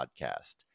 podcast